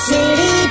City